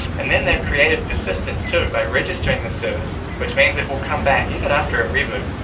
and then they've created persistence too by registering the service which means it will come back even after a reboot.